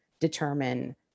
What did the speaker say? determine